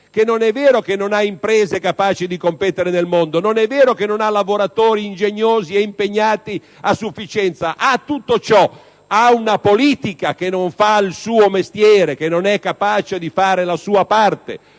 che non è vero che non ha imprese capaci di competere nel mondo e lavoratori ingegnosi e impegnati a sufficienza. Ha tutto ciò, ma ha anche una politica che non fa il suo mestiere e non è capace di fare la propria parte